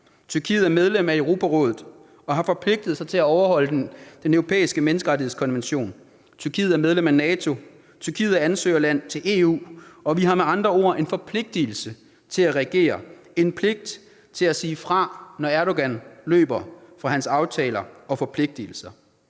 Tyrkiet er medlem af Europarådet og har forpligtet sig til at overholde den europæiske menneskerettighedskonvention. Tyrkiet er medlem af NATO, Tyrkiet er ansøgerland til EU, og vi har med andre ord en forpligtelse til at reagere, en pligt til at sige fra, når Erdogan løber fra sine aftaler og forpligtelser.